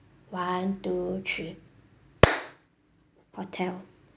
one two three hotel